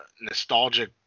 nostalgic